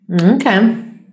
Okay